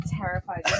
terrified